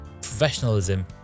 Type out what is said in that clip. professionalism